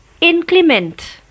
inclement